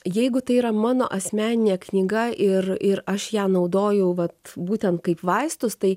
jeigu tai yra mano asmeninė knyga ir ir aš ją naudoju vat būtent kaip vaistus tai